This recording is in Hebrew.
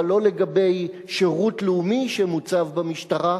אבל לא לגבי שירות לאומי שמוצב במשטרה,